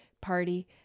party